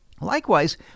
Likewise